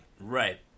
Right